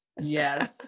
Yes